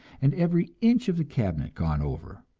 and every inch of the cabinet gone over.